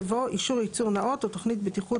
יבוא "אישור ייצור נאות או תוכנית בטיחות